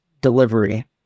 delivery